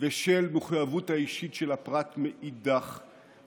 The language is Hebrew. גיסא ושל המחויבות האישית של הפרט מאידך גיסא.